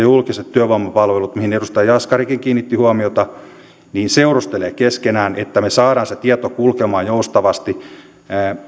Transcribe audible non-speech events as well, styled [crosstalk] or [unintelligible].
[unintelligible] julkiset työvoimapalvelut mihin edustaja jaskarikin kiinnitti huomiota ne seurustelevat keskenään että me saamme sen tiedon kulkemaan joustavasti